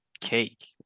cake